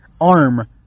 arm